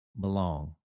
belong